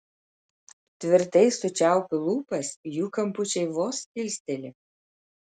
tvirtai sučiaupiu lūpas jų kampučiai vos kilsteli